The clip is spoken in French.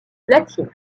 platine